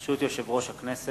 ברשות יושב-ראש הכנסת,